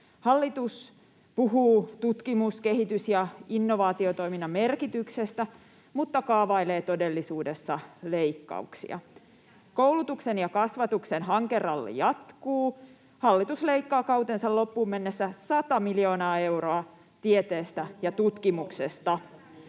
Hallitus puhuu tutkimus-, kehitys- ja innovaatiotoiminnan merkityksestä mutta kaavailee todellisuudessa leikkauksia. [Veronika Honkasalon välihuuto] Koulutuksen ja kasvatuksen hankeralli jatkuu. Hallitus leikkaa kautensa loppuun mennessä 100 miljoonaa euroa tieteestä ja tutkimuksesta.